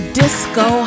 disco